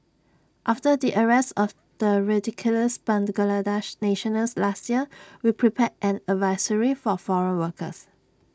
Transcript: after the arrest of the radicalised Bangladeshi nationals last year we prepared an advisory for foreign workers